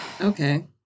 Okay